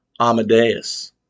Amadeus